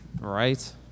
Right